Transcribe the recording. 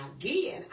again